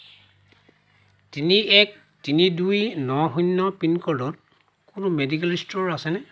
তিনি এক তিনি দুই ন শূন্য পিনক'ডত কোনো মেডিকেল ষ্ট'ৰ আছেনে